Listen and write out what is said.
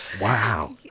Wow